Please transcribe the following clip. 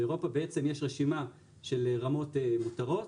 באירופה יש רשימה של רמות מותרות,